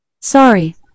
Sorry